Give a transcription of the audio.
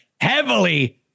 heavily